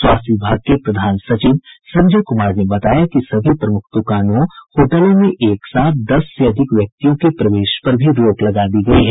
स्वास्थ्य विभाग के प्रधान सचिव संजय कुमार ने बताया कि सभी प्रमुख द्कानों होटलों में एक साथ दस से अधिक व्यक्तियों के प्रवेश पर भी रोक लगा दी गयी है